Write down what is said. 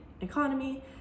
economy